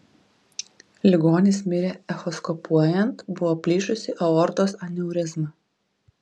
ligonis mirė echoskopuojant buvo plyšusi aortos aneurizma